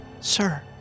Sir